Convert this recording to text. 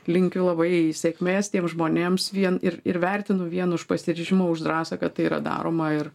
linkiu labai sėkmės tiems žmonėms vien ir ir vertinu vien už pasiryžimą už drąsą kad tai yra daroma ir